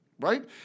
right